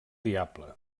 diable